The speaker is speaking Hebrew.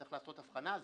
צריך לעשות הבחנה.